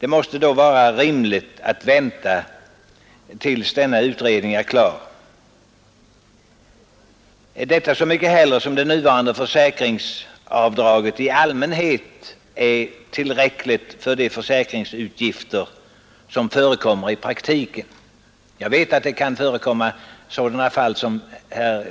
Det måste därför vara rimligt att vänta tills denna utredning är klar, detta så mycket mer som det nuvarande försäkringsavdraget i allmänhet är tillräckligt för de försäkringsutgifter som förekommer i praktiken. Jag förstår att det någon enstaka gång kan förekomma sådana fall som herr